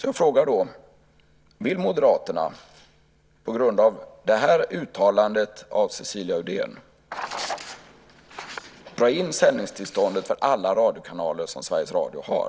Jag frågar då: Vill Moderaterna på grund av uttalandet av Cecilia Uddén dra in sändningstillståndet för alla radiokanaler som Sveriges Radio har?